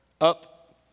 up